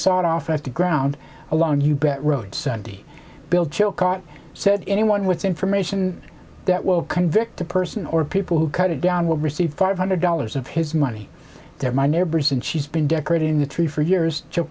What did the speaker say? sawed off the ground alone you bet wrote sunday bill chilcot said anyone with information that will convict the person or people who cut it down will receive five hundred dollars of his money they're my neighbors and she's been decorating the tree for years